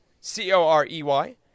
C-O-R-E-Y